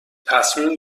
تصمیم